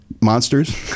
Monsters